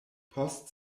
post